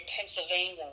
Pennsylvania